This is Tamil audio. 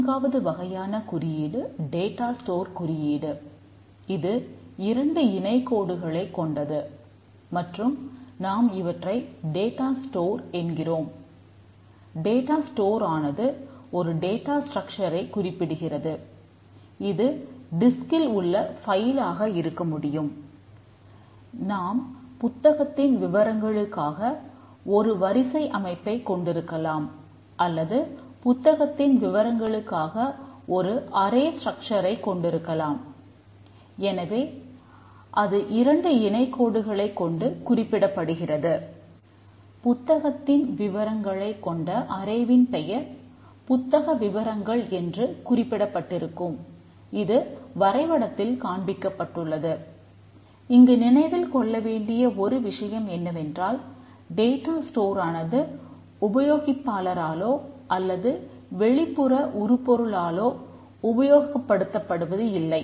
நான்காவது வகையான குறியீடு டேட்டா ஸ்டோர் உபயோகிப்பாளராலோ அல்லது வெளிப்புற உருப்பொருளாலோ உபயோகப்படுத்தப்படுவது இல்லை